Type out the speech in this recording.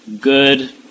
good